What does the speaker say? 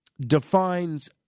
defines